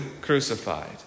crucified